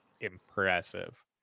impressive